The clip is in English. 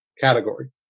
category